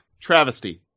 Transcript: travesty